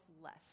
less